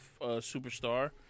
superstar